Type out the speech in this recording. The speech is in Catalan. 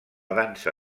dansa